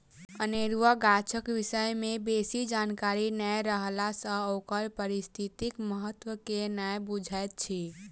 अनेरुआ गाछक विषय मे बेसी जानकारी नै रहला सँ ओकर पारिस्थितिक महत्व के नै बुझैत छी